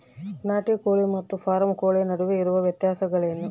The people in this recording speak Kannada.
ನಾಟಿ ಕೋಳಿ ಮತ್ತು ಫಾರಂ ಕೋಳಿ ನಡುವೆ ಇರುವ ವ್ಯತ್ಯಾಸಗಳೇನು?